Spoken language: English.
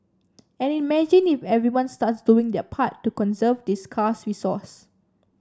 and imagine if everyone starts doing their part to conserve this scarce resource